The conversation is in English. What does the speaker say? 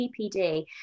CPD